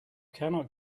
cannot